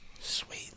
Sweet